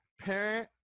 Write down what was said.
parent